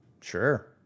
Sure